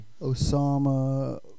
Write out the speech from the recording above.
Osama